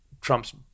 Trump's